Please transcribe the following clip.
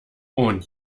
und